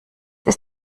ist